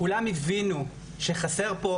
כולם הבינו שחסר פה,